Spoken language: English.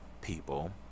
people